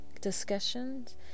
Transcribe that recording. discussions